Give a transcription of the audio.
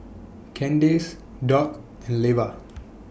Candace Doug and Leva